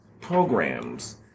programs